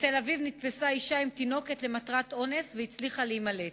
בתל-אביב נתפסה אשה עם תינוקת למטרת אונס והצליחה להימלט.